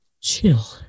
chill